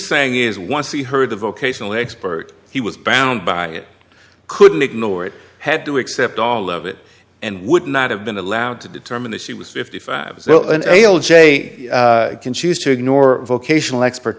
saying is once you heard the vocational expert he was bound by it couldn't ignore it had to accept all of it and would not have been allowed to determine that she was fifty five as well and hale j can choose to ignore vocational expert